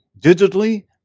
digitally